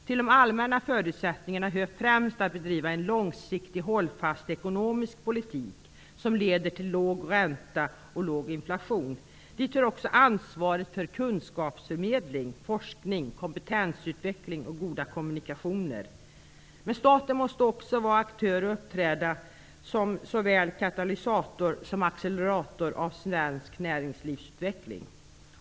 Till de allmänna förutsättningarna hör främst detta med att bedriva en långsiktigt hållfast ekonomisk politik som leder till låg ränta och låg inflation. Dit hör också ansvaret för kunskapförmedling, forskning, kompetensutveckling och goda kommunikationer. Men staten måste också vara aktör och uppträda som såväl katalysator som accelerator när det gäller svenskt näringslivs utveckling.